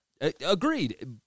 Agreed